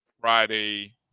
Friday